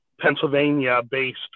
Pennsylvania-based